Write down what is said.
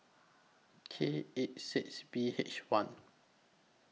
K eight six B H one